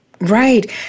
Right